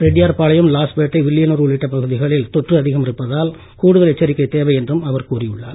ரெட்டியார்பாளையம் லாஸ்பேட்டை வில்லியனூர் உள்ளிட்ட பகுதிகளில் தொற்று அதிகம் இருப்பதால் கூடுதல் எச்சரிக்கை தேவை என்றும் அவர் கூறியுள்ளார்